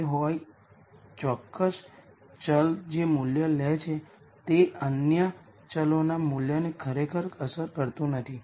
તમે નોંધ્યું છે કે આ અને આ ફોર્મ સમાન છે